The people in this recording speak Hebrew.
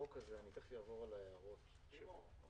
הישיבה